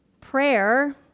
Prayer